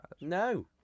No